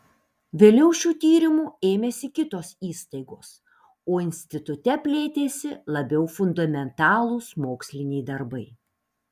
vėliau šių tyrimų ėmėsi kitos įstaigos o institute plėtėsi labiau fundamentalūs moksliniai darbai